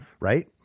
Right